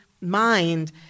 mind